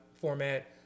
format